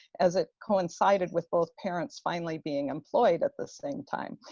as it coincided with both parents finally being employed at the same time.